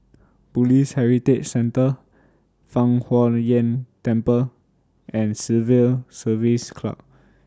Police Heritage Centre Fang Huo Yuan Temple and Civil Service Club